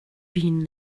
been